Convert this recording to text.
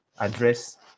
Address